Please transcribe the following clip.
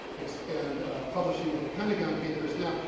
and publishing of the pentagon papers. now,